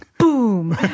Boom